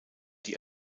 die